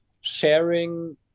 sharing